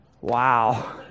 wow